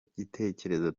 gitekerezo